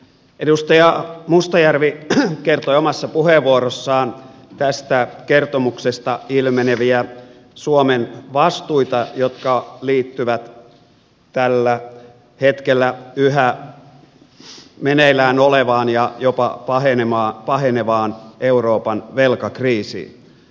edustaja mustajärvi käsitteli omassa puheenvuorossaan tästä kertomuksesta ilmeneviä suomen vastuita jotka liittyvät tällä hetkellä yhä meneillään olevaan ja jopa pahenevaan euroopan velkakriisiin